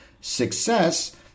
success